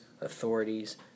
authorities